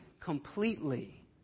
completely